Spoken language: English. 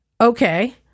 Okay